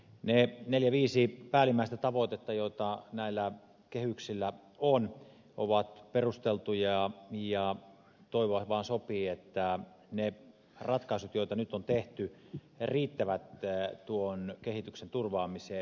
ne neljä viisi päällimmäistä tavoitetta joita näillä kehyksillä on ovat perusteltuja ja toivoa vain sopii että ne ratkaisut joita nyt on tehty riittävät tuon kehityksen turvaamiseen